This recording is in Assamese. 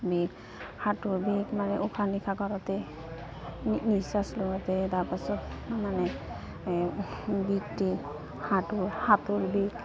বিষ বিষ মানে তাৰপাছত মানে বিষ দি বিষ